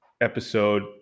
episode